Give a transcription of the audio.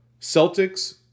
Celtics